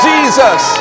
Jesus